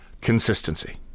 Consistency